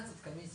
כמו שלא דורשים